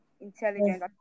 intelligent